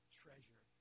treasure